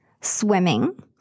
swimming